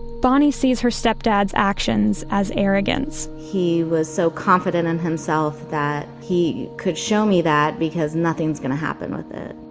bonnie sees her step dad's actions as arrogance. he was so confident in himself that he could show me that, because nothing's going to happen with it.